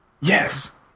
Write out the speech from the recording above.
Yes